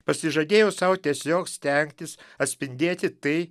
pasižadėjau sau tiesiog stengtis atspindėti tai